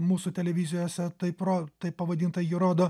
mūsų televizijose taip ro taip pavadintą jį rodo